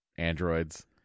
Androids